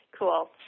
Cool